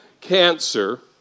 cancer